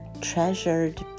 treasured